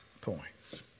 points